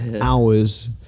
hours